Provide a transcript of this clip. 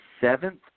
seventh